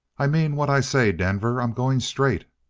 i mean what i say, denver. i'm going straight.